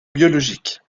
biologique